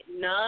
none